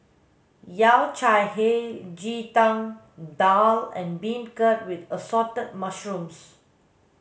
yao cai hei ji tang daal and beancurd with assorted mushrooms